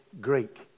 Greek